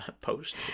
Post